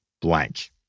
blank